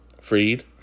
Freed